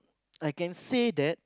I can say that